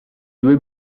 due